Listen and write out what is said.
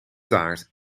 taart